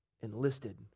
enlisted